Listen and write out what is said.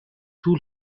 طول